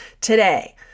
today